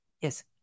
Yes